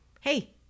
Hey